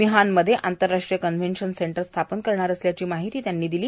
मिहानमध्ये आंतरराष्ट्रीय convention centre स्थापन करणार असल्याची माहिती ही त्यांनी दिली